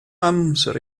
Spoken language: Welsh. amser